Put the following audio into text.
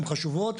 הן חשובות,